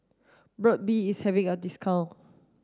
Burt bee is having a discount